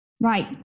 right